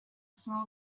smell